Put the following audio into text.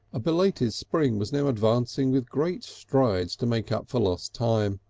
a belated spring was now advancing with great strides to make up for lost time.